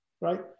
right